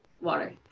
Water